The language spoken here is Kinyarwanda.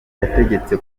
yategetse